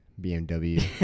BMW